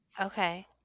Okay